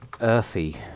earthy